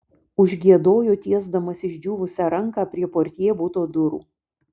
užgiedojo tiesdamas išdžiūvusią ranką prie portjė buto durų